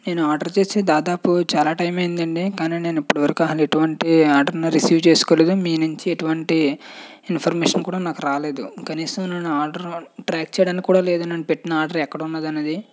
నేనూ ఆర్డర్ చేసి దాదాపు చాలా టైమ్ అయిందండి కానీ నేను ఇప్పటి వరకు ఎటువంటి ఆర్డర్ని రిసీవ్ చేసుకోలేదండి మీ నుండి ఎటువంటి ఇన్ఫర్మేషన్ కూడా నాకు రాలేదు కనీసం నేను ఆర్డర్ ట్రాక్ చేయడానికి కూడా లేదండి నేను పెట్టిన ఆర్డర్ ఎక్కడున్నది అన్నది